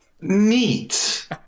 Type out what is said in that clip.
Neat